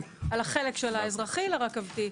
של האזרחי לרכבתי.